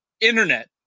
internet